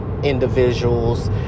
individuals